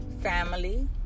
family